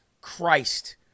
Christ